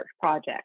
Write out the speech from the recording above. project